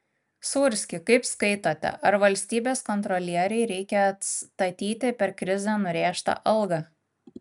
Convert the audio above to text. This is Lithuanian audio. sūrski kaip skaitote ar valstybės kontrolierei reikia atstatyti per krizę nurėžtą algą